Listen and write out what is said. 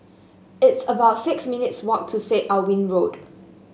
it's about six minutes' walk to Syed Alwi Road